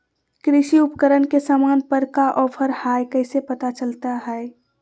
कृषि उपकरण के सामान पर का ऑफर हाय कैसे पता चलता हय?